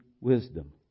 wisdom